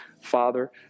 Father